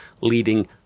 leading